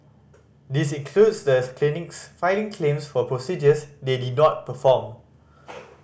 this includes the clinics filing claims for procedures they did not perform